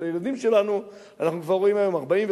הילדים שלנו אנחנו כבר רואים היום 40%,